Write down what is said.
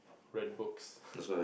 read books